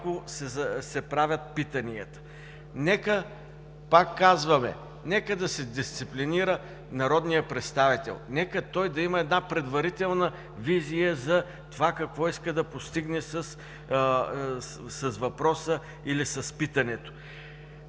се правят питанията. Нека пак казвам, да се дисциплинира народният представител, нека той да има една предварителна визия за това какво иска да постигне с въпроса или с питането.